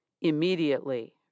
Immediately